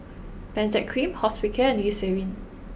Benzac cream Hospicare and Eucerin